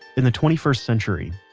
in the twenty first century,